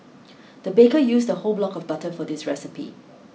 the baker used a whole block of butter for this recipe